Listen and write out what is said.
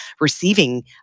receiving